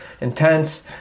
intense